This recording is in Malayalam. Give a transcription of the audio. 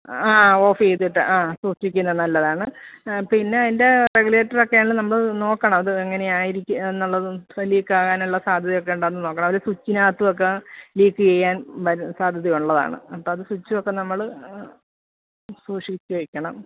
ആ ഓഫ് ചെയ്തിട്ട് ആ സൂക്ഷിക്കുന്നത് നല്ലതാണ് പിന്നെ ഐൻ്റെ റെഗുലേറ്ററൊക്കെയാണ് നമ്മൾ നോക്കണത് എങ്ങനെ ആയിരിക്കും എന്നുള്ളതും ലീക്കാകാനുള്ള സാധ്യത ഒക്കെ ഉണ്ടോന്ന് നോക്കണം ഒരു സ്വിച്ചിനകത്തുവക്കെ ലീക്ക് ചെയ്യാൻ വരെ സാധ്യത ഉള്ളതാണ് അപ്പമത് സ്വിച്ചുവക്കെ നമ്മൾ സൂക്ഷിച്ച് വെക്കണം